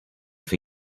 for